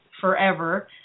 forever